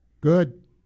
good